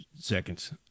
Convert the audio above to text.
seconds